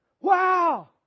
Wow